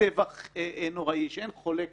בטבח נוראי שאין חולק